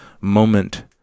Moment